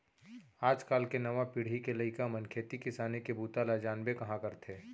आज काल के नवा पीढ़ी के लइका मन खेती किसानी के बूता ल जानबे कहॉं करथे